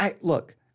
look